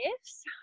ifs